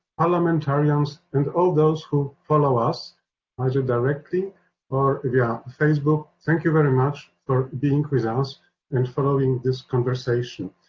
parliamentarians and all of those who follow us either directly or via yeah facebook. thank you very much for being with ah us and following this conversation.